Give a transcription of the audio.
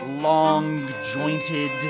long-jointed